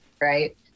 right